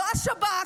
לא השב"כ,